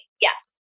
Yes